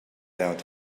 out